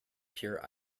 pure